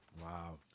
Wow